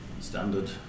Standard